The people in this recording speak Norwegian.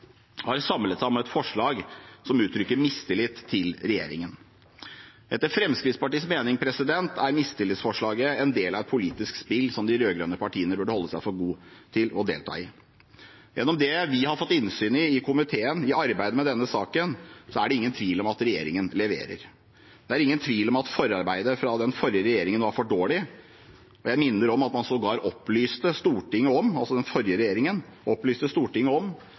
kontrollkomiteen har samlet seg om et forslag som uttrykker mistillit til regjeringen. Etter Fremskrittspartiets mening er mistillitsforslaget en del av et politisk spill som de rød-grønne partiene burde holde seg for gode til å delta i. Gjennom det vi i komiteen har fått innsyn i i arbeidet med denne saken, er det ingen tvil om at regjeringen leverer. Det er ingen tvil om at forarbeidet gjort av den forrige regjeringen var for dårlig, og jeg minner om at de sågar opplyste Stortinget om